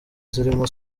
zirimo